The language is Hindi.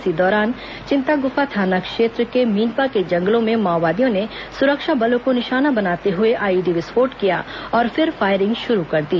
इसी दौरान चिंतागुफा थाना क्षेत्र के मीनपा के जंगलों में माओवादियों ने सुरक्षा बलों को निशाना बनाते हुए आईईडी विस्फोट किया और फिर फायरिंग शुरू कर दी